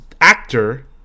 actor